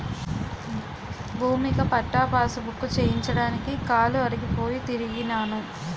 భూమిక పట్టా పాసుబుక్కు చేయించడానికి కాలు అరిగిపోయి తిరిగినాను